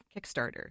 Kickstarter